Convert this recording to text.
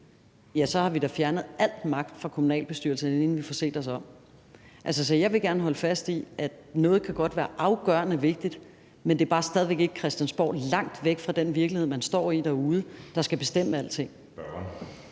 for så har vi da fjernet al magt fra kommunalbestyrelserne, inden vi får set os om. Så jeg vil gerne holde fast i, at noget godt kan være afgørende vigtigt, men at det stadig væk ikke er Christiansborg, som er langt væk fra den virkelighed, man står i derude, der skal bestemme alting.